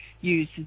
use